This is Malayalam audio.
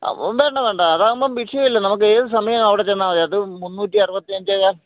വേണ്ട വേണ്ട അതാവുമ്പം വിഷയമില്ല നമുക്ക് ഏത് സമയം അവിടെ ചെന്നാൽ മതി അത് മുന്നൂറ്റി അറുപത്തി അഞ്ചേ കാല്